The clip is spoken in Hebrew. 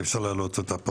אז אי אפשר להעלות אותה פה.